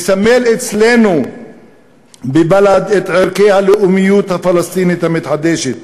מסמל אצלנו בבל"ד את ערכי הלאומיות הפלסטינית המתחדשת,